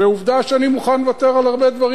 ועובדה שאני מוכן לוותר על הרבה דברים